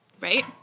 right